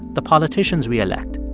the politicians we elect?